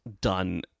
done